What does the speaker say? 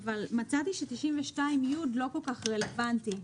אבל מצאתי שסעיף 92(י) לא כל כך רלוונטי.